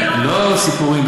שהציבור יראה,